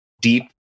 deep